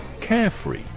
carefree